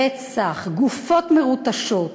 רצח, גופות מרוטשות.